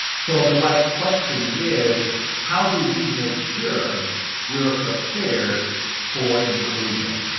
so the right question is how do we make sure we are prepared for inclusion?